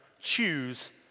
choose